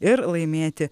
ir laimėti